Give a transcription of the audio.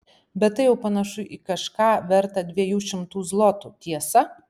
bet tai jau panašu į kažką vertą dviejų šimtų zlotų tiesa